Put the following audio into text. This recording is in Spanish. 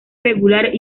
regular